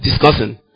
discussing